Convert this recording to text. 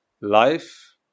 life